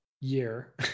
year